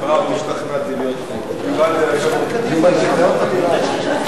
התשע"א 2011, לוועדה שתקבע ועדת הכנסת נתקבלה.